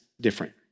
different